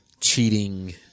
cheating